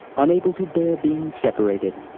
unable to bear being separated.